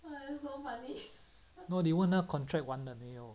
no 你问那个 contract 完了没有